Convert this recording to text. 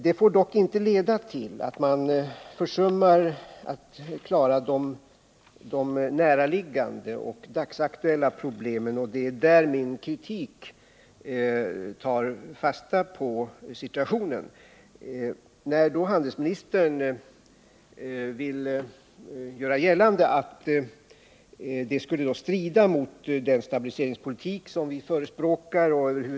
Det får dock inte leda till att man försummar att klara de näraliggande och dagsaktuella problemen. Det är det min kritik tar fasta på. Handelsministern vill göra gällande att det skulle strida mot den stabiliseringspolitik som vi förespråkar.